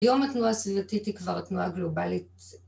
‫היום התנועה הסביבתית היא כבר תנועה גלובלית